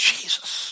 Jesus